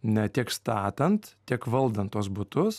ne tiek statant tiek valdant tuos butus